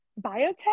biotech